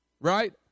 right